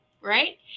right